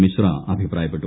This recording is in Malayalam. മിശ്ര അഭിപ്രായപ്പെട്ടു